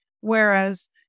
Whereas